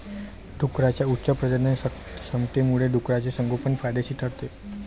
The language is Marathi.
डुकरांच्या उच्च प्रजननक्षमतेमुळे डुकराचे संगोपन फायदेशीर ठरते